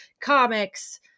comics